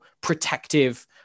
protective